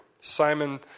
Simon